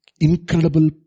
incredible